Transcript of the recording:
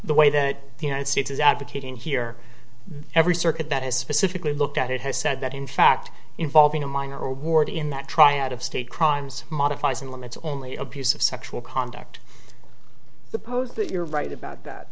the way the united states is advocating here every circuit that has specifically looked at it has said that in fact involving a minor award in that triad of state crimes modifies and limits only abuse of sexual conduct the pose that you're right about that